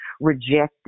rejected